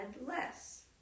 less